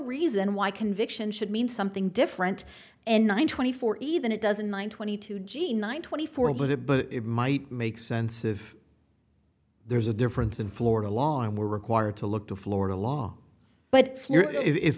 reason why conviction should mean something different and nine twenty four even it doesn't mind twenty two g nine twenty four but it but it might make sense if there's a difference in florida law and were required to look to florida law but i